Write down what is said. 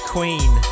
Queen